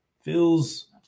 feels